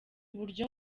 uburyo